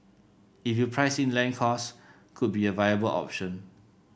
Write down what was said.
if you price in land costs could be a viable option